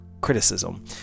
criticism